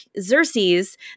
Xerxes